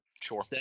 Sure